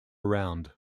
around